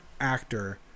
actor